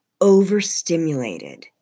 overstimulated